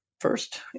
first